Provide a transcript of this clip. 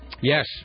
Yes